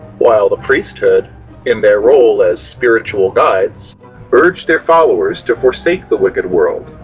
while the priesthood in their role as spiritual guides urge their followers to forsake the wicked world,